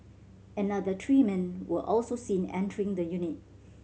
another three men were also seen entering the unit